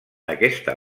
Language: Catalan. aquesta